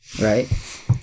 Right